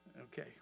Okay